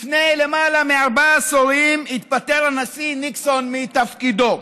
לפני למעלה מארבעה עשורים התפטר הנשיא ניקסון מתפקידו,